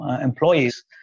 employees